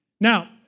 Now